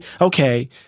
okay